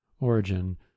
Origin